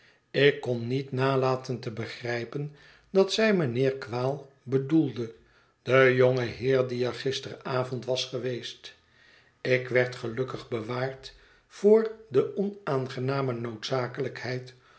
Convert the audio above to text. ik kon niet nalaten te begrijpen dat zij mijnheer quale bedoelde den jongen heer die er gisteravond was geweest ik werd gelukkig bewaard voor de onaangename noodzakelijkheid